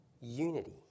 unity